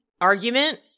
argument